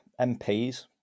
MPs